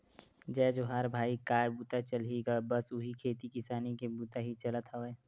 जय जोहार भाई काय बूता चलही गा बस उही खेती किसानी के बुता ही चलत हवय